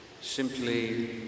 simply